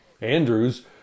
Andrews